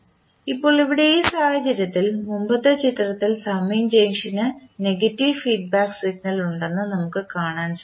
ഇപ്പോൾ ഇവിടെ ഈ സാഹചര്യത്തിൽ മുമ്പത്തെ ചിത്രത്തിൽ സമ്മിംഗ് ജംഗ്ഷന് നെഗറ്റീവ് ഫീഡ്ബാക്ക് സിഗ്നൽ ഉണ്ടെന്ന് നമുക്ക്കാണാൻ സാധിക്കും